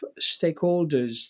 stakeholders